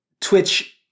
Twitch